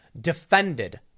defended